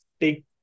take